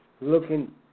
looking